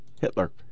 Hitler